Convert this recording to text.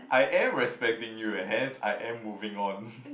I am respecting you and hence I am moving on